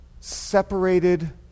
separated